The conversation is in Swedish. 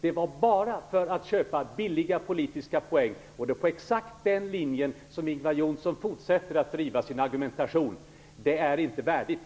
Det var bara för att köpa billiga politiska poäng. Det är på exakt den linjen som Ingvar Johnsson fortsätter att driva sin argumentation. Det är inte värdigt.